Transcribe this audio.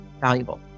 valuable